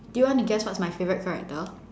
do you want to guess what's my favourite character